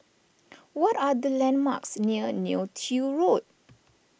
what are the landmarks near Neo Tiew Road